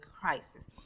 crisis